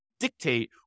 dictate